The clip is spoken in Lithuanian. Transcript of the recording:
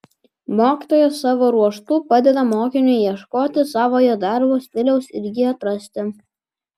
mokytojas savo ruožtu padeda mokiniui ieškoti savojo darbo stiliaus ir jį atrasti